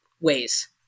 ways